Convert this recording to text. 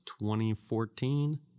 2014